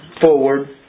forward